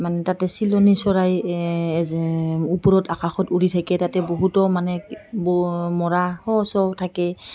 মানে তাতে চিলনী চৰাই ওপৰত আকাশত উৰি থাকে তাতে বহুতো মানে মৰা শ চ থাকে